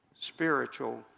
spiritual